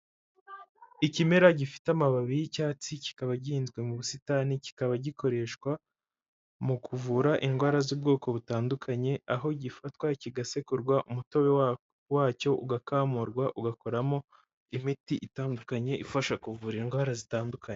Ikimera gifite amababi y'icyatsi kikaba gihinzwe mu busitani, kikaba gikoreshwa mu kuvura indwara z'ubwoko butandukanye, aho gifatwa kigasekurwa umutobe wacyo ugakamurwa ugakoramo imiti itandukanye ifasha kuvura indwara zitandukanye.